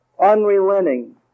unrelenting